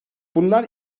bunlar